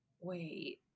wait